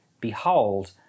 Behold